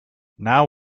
now